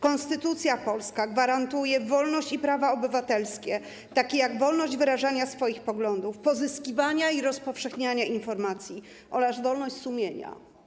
Konstytucja polska gwarantuje wolność i prawa obywatelskie, takie jak wolność wyrażania swoich poglądów, pozyskiwania i rozpowszechniania informacji oraz wolność sumienia.